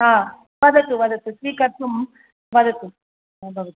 वदतु वदतु स्वीकर्तुं वदतु भवतु